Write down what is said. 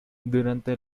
durante